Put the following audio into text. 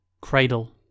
Cradle